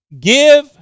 Give